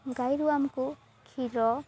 ଗାଈରୁୁ ଆମକୁ କ୍ଷୀର